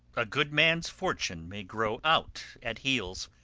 a good man's fortune may grow out at heels